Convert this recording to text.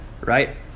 Right